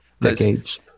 decades